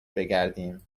بگردیم